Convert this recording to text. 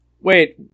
wait